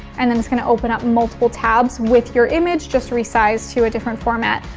and then it's gonna open up multiple tabs with your image just resized to a different format.